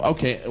Okay